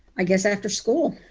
i guess after school,